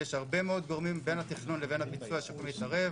יש הרבה מאוד גורמים בין התכנון לבין הביצוע שיכולים להתערב,